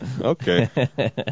Okay